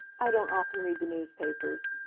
i don't often read the newspapers.